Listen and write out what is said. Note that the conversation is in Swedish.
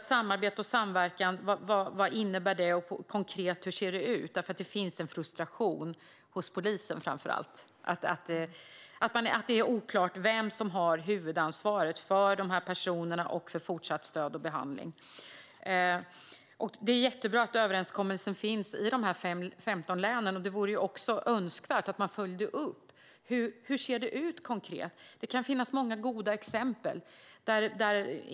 Samarbete och samverkan - vad innebär det konkret? Hur ser det ut? Det finns en frustration, framför allt hos polisen, över att det är oklart vem som har huvudansvaret för dessa personer och för fortsatt stöd och behandling. Det är jättebra att överenskommelsen finns i dessa 15 län. Det vore också önskvärt att man följde upp hur det konkret ser ut. Det kan finnas många goda exempel.